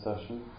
session